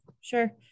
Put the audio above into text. sure